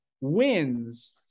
wins